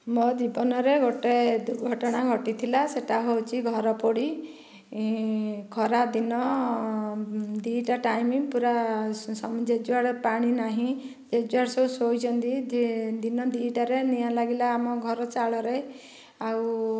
ମୋ' ଜୀବନରେ ଗୋଟିଏ ଦୁର୍ଘଟଣା ଘଟିଥିଲା ସେ'ଟା ହେଉଛି ଘରପୋଡ଼ି ଖରା ଦିନ ଦୁଇଟା ଟାଇମ ପୁରା ଶୁନ୍ସାନ୍ ଯେ ଯୁଆଡ଼େ ପାଣି ନାହିଁ ଯେ ଯୁଆଡ଼େ ସବୁ ଶୋଇଛନ୍ତି ଯିଏ ଦିନ ଦିଟାରେ ନିଆଁ ଲାଗିଲା ଆମ ଘର ଚାଳରେ ଆଉ